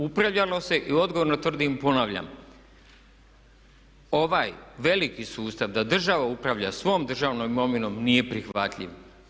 Upravljalo se i odgovorno tvrdim, ponavljam ovaj veliki sustav da država upravlja svom državnom imovinom nije prihvatljiv.